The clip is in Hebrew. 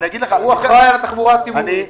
הוא אחראי על התחבורה הציבורית,